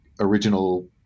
original